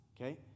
Okay